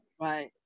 Right